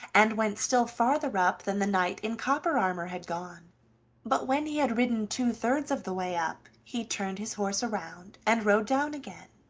and went still farther up than the knight in copper armor had gone but when he had ridden two-thirds of the way up he turned his horse around, and rode down again.